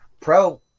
pro